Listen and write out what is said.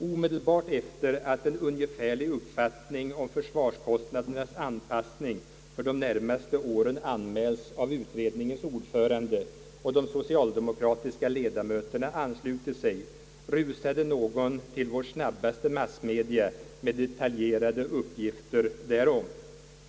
Omedelbart efter att en ungefärlig uppfattning om försvarskostnadernas anpassning för de närmaste åren anmälts av utredningens ordförande och de socialdemokratiska ledamöterna anslutit sig, rusade någon till vårt snabbaste massmedium med detaljerade uppgifter därom.